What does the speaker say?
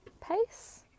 pace